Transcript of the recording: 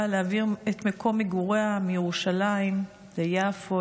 להעביר את מקום מגוריה מירושלים ליפו,